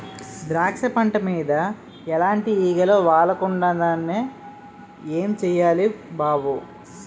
ద్రాక్ష పంట మీద ఎలాటి ఈగలు వాలకూడదంటే ఏం సెయ్యాలి బాబూ?